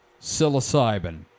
psilocybin